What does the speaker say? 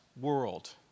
world